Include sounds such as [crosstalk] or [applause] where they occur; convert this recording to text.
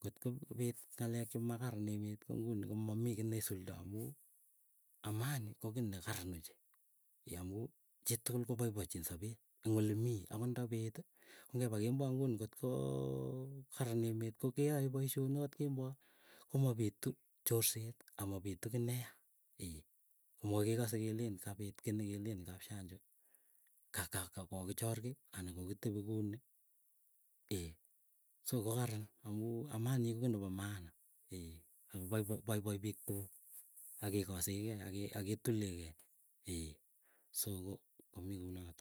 ngotkopit ng'alek che makaran emet ko nguni komamii ki nesuldoi amuu amani ko kii nekaran ochei [hesitation] amu chitugul kopaipachin sapet eng olemii. Angot nda peeti, ko ngepa kemboi ngunii ngotkokaran emet keae poisyonik akot kemboi. Komapituu chorset amapitu kii neyaa ee, komokoi kekase kelen kapit kii nekelen eng kap shanjo. Ka ka kokichor gii ana kokitepi kuni ee, so kokaran amuu amani ye koki nepo maana [hesitation] akopaipai piik tukul. Akekasegei aketulegei [hesitation] so komii kunot.